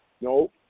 no